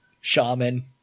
shaman